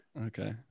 Okay